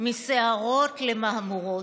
מסערות למהמורות.